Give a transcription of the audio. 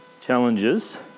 challenges